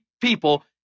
people